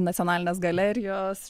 nacionalinės galerijos